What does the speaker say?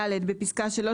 (ד) "בפסקה (3),